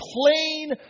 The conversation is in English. plain